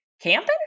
Camping